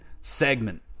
segment